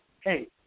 hey